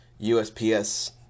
USPS